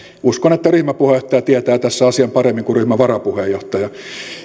uskon että ryhmäpuheenjohtaja tietää tässä asian paremmin kuin ryhmän varapuheenjohtaja